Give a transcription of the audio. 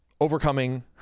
overcoming